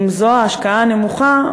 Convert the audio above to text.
אם זו ההשקעה הנמוכה,